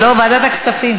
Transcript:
לא, ועדת הכספים.